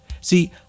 See